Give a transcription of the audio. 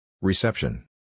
Reception